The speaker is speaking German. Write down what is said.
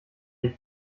die